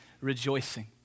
rejoicing